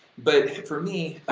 but for me,